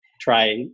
try